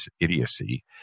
idiocy